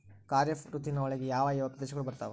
ಖಾರೇಫ್ ಋತುವಿನ ಒಳಗೆ ಯಾವ ಯಾವ ಪ್ರದೇಶಗಳು ಬರ್ತಾವ?